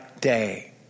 day